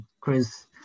Chris –